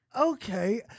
Okay